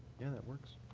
yeah that works.